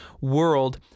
World